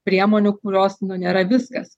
priemonių kurios nu nėra viskas